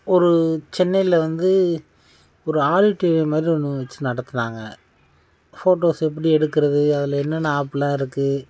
ஒரு சென்னையில் வந்து ஒரு மாதிரி ஒன்று வச்சு நடத்தினாங்க ஃபோட்டோஸ் எப்படி எடுக்கிறது அதில் என்னென்ன ஆப்பெலாம் இருக்கு